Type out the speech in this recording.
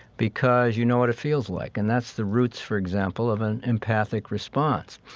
because you know what it feels like. and that's the roots, for example, of an empathic response.